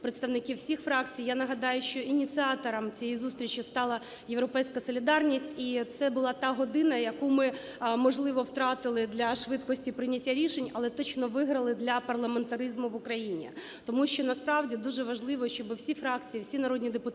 представників всіх фракцій. Я нагадаю, що ініціатором цієї зустрічі стала "Європейська солідарність". І це була та година, яку ми, можливо, втратили для швидкості прийняття рішень, але точно виграли для парламентаризму в Україні, тому що насправді дуже важливо, щоб всі фракції, всі народні депутати,